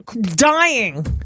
dying